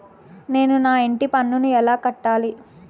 నేను నా ఇంటి పన్నును ఎలా కట్టాలి?